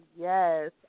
Yes